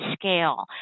scale